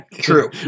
True